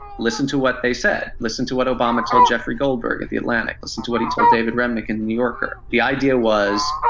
listen to what they said. listen to what obama told jeffrey goldberg at the atlantic. listen to what he told david remnick in the new yorker. the idea was,